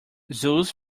zoos